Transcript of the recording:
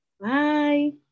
bye